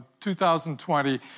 2020